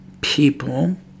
people